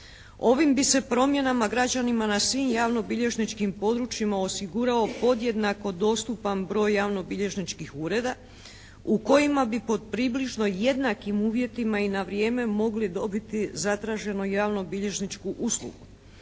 Ovim bi se promjenama građanima na svim javno-bilježničkim područjima osigurao podjednako dostupan broj javno-bilježničkih ureda u kojima bi pod približno jednakim uvjetima i na vrijeme mogli dobiti zatraženu javno-bilježničku uslugu.